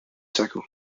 tackle